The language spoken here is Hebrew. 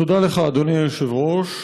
תודה לך, אדוני היושב-ראש.